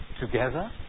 together